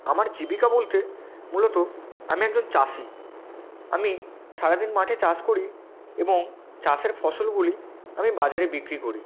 আমার জীবিকা বলতে মূলত আমি একজন চাষি আমি সারাদিন মাঠে চাষ করি এবং চাষের ফসলগুলি আমি বাজারে বিক্রি করি